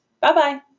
Bye-bye